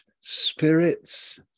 spirits